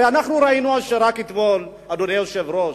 הרי ראינו רק אתמול, אדוני היושב-ראש,